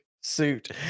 suit